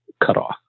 cutoff